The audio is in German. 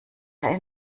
wieder